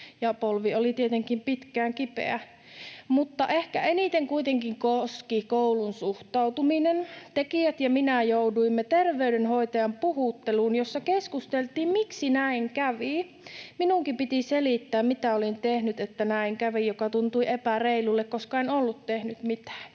polvi oli tietenkin pitkään kipeä, mutta ehkä eniten kuitenkin koski koulun suhtautuminen. Tekijät ja minä jouduimme terveydenhoitajan puhutteluun, jossa keskusteltiin, miksi näin kävi. Minunkin piti selittää, mitä olin tehnyt, että näin kävi, mikä tuntui epäreilulta, koska en ollut tehnyt mitään.